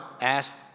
asked